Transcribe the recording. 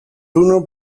bruno